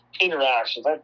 interactions